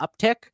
uptick